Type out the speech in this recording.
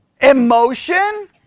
Emotion